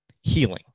healing